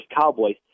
Cowboys